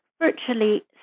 virtually